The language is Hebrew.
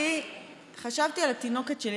חשבתי על התינוקת שלי,